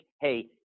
hey